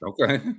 Okay